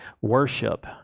worship